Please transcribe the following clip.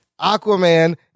Aquaman